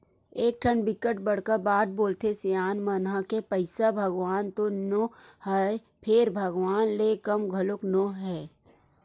एकठन बिकट बड़का बात बोलथे सियान मन ह के पइसा भगवान तो नो हय फेर भगवान ले कम घलो नो हय